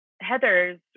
heather's